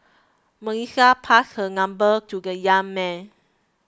Melissa passed her number to the young man